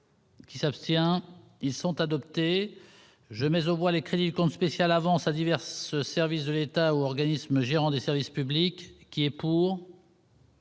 Qui s'abstient ils sont adoptés. Je mets au bois, les crédits compte spécial avant diverses, services de l'État organismes gérant du service public qui est pour.